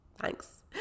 thanks